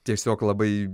tiesiog labai